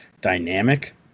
dynamic